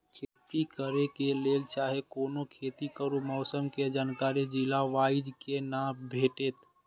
खेती करे के लेल चाहै कोनो खेती करू मौसम के जानकारी जिला वाईज के ना भेटेत?